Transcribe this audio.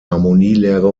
harmonielehre